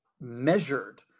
measured